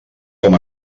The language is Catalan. com